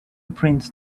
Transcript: print